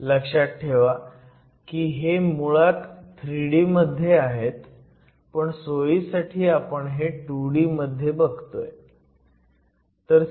लक्षात ठेवा की हे मुळात 3D मध्ये आहे पण सोयीसाठी आपण हे 2D मध्ये बघतोय